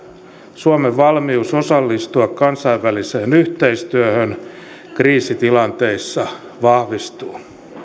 suomen valmius osallistua kansainväliseen yhteistyöhön kriisitilanteissa vahvistuu